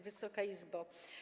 Wysoka Izbo!